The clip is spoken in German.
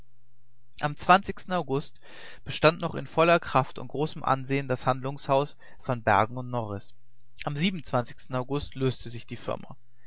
am zwanzigsten august bestand noch in voller kraft und großem ansehen das handlungshaus van bergen und norris am siebenundzwanzigsten august löste sich die firma